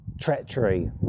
treachery